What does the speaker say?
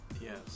yes